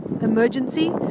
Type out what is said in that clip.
emergency